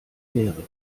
fähre